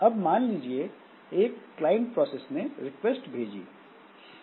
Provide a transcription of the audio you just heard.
अब मान लीजिए एक क्लाइंट प्रोसेस ने रिक्वेस्ट भेजी